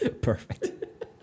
Perfect